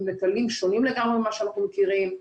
וכללים שונים לגמרי ממה שאנחנו מכירים.